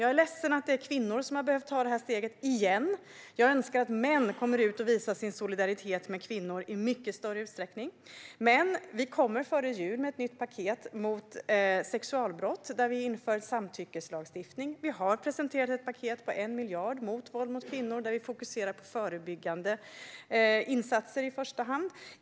Jag är ledsen för att det är kvinnor som har behövt ta steget igen . Jag önskar att män i mycket större utsträckning skulle komma ut och visa sin solidaritet med kvinnor. Regeringen kommer före jul med ett nytt paket mot sexualbrott där vi inför en samtyckeslagstiftning. Vi har presenterat ett paket på 1 miljard mot våld mot kvinnor, där vi i första hand fokuserar på förebyggande insatser.